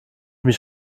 mich